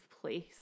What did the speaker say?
place